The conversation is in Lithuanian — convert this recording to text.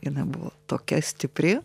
jinai buvo tokia stipri